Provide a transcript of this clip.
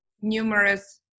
numerous